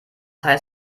heißt